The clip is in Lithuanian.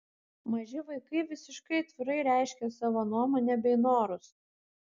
maži vaikai visiškai atvirai reiškia savo nuomonę bei norus